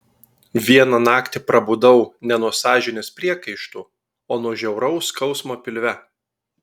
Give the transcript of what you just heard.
vieną naktį prabudau ne nuo sąžinės priekaištų o nuo žiauraus skausmo pilve